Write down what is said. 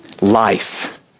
life